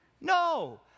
No